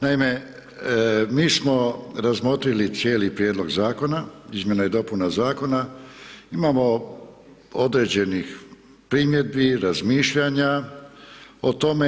Naime, mi smo razmotrili cijeli prijedlog Zakona, izmjena i dopuna Zakona, imamo određenih primjedbi, razmišljanja o tome.